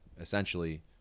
essentially